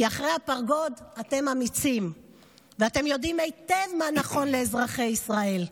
כי מאחורי הפרגוד אתם אמיצים ואתם יודעים היטב מה נכון לאזרחי ישראל.